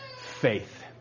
faith